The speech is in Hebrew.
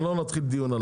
לא נתחיל דיון על זה,